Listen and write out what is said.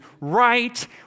right